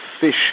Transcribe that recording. fish